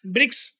Bricks